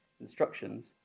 instructions